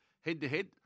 head-to-head